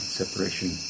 separation